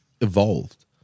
evolved